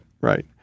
right